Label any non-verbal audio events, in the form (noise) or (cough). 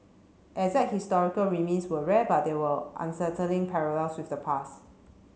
exact historical (unintelligible) were rare but there were unsettling parallels with the past